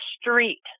street